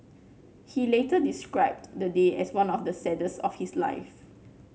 he later described the day as one of the saddest of his life